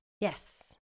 yes